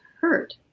hurt